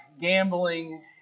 gambling